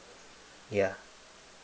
yeah